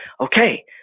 okay